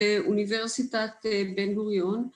‫באוניברסיטת בן-גוריון.